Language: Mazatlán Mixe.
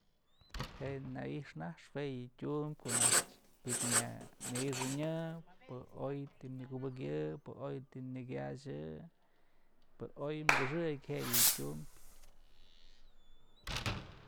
Je'e na i'xnaxë jue yë tyum ko'o najtyë ji'ib nay nayxanyë pë oy të nëkyubëkyë pë oy tëm nëkyaxë pë oy këxëk je'e yë tyumbyë.